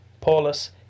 Paulus